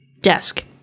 desk